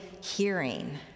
hearing